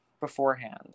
beforehand